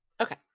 Okay